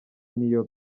niyo